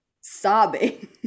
sobbing